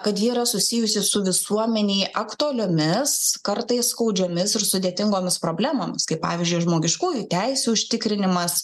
kad ji yra susijusi su visuomenei aktualiomis kartais skaudžiomis ir sudėtingomis problemomis kaip pavyzdžiui žmogiškųjų teisių užtikrinimas